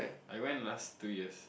I went last two years